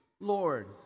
Lord